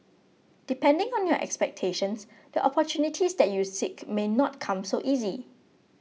depending on your expectations the opportunities that you seek may not come so easy